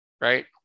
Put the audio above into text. Right